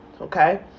Okay